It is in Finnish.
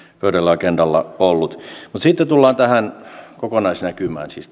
pöydällä ja agendalla ollut mutta sitten tullaan tähän kokonaisnäkymään siis